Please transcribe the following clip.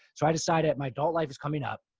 so i decided my adult life is coming up.